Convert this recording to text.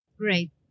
Great